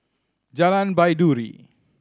Jalan Baiduri